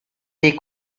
des